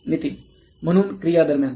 नितीन म्हणून क्रिया दरम्यान